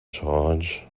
charge